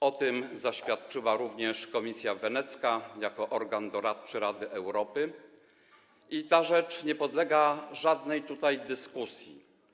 O tym zaświadczyła również komisja wenecka jako organ doradczy Rady Europy i ta rzecz nie podlega tutaj żadnej dyskusji.